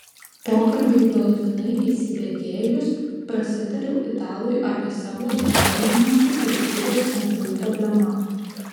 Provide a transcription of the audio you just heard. pokalbiui galutinai įsibėgėjus prasitariau italui apie savo domėjimąsi prekybos centrų problema